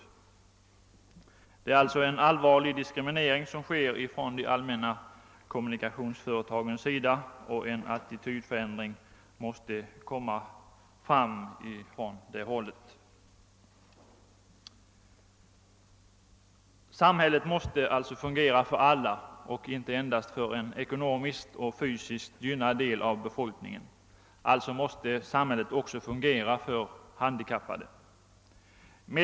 De handikappade utsätts alltså för en allvarlig diskriminering av de allmänna kommunikationsföretagen; där måste en attitydförändring ske. Samhället måste alltså fungera för alla och inte endast för en ekonomiskt och fysiskt gynnad del av befolkningen. Alltså måste samhället också fungera för de handikappade.